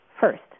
first